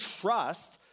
trust